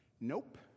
Nope